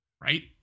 Right